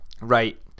Right